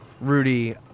Rudy